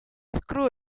screw